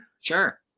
sure